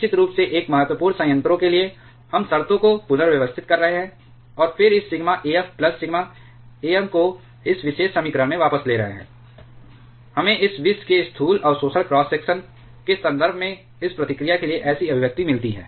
निश्चित रूप से एक महत्वपूर्ण संयंत्रों के लिए हम शर्तों को पुनर्व्यवस्थित कर रहे हैं और फिर इस sigma af plus sigma am को इस विशेष समीकरण में वापस ले रहे हैं हमें इस विष के स्थूल अवशोषण क्रॉस सेक्शन के संदर्भ में इस प्रतिक्रिया के लिए ऐसी अभिव्यक्ति मिलती है